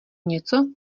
něco